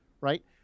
right